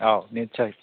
औ निदसय